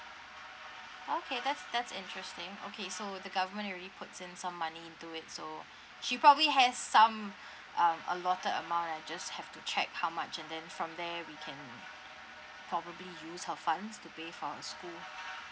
okay that's that's interesting okay so the government will be puts in some money to it so she probably has some um allotted amount I just have to check how much and then from there we can probably use her funds to pay for her school